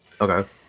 Okay